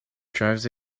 drives